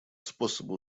способы